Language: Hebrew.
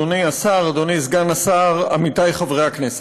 אדוני השר, אדוני סגן השר, עמיתי חברי הכנסת,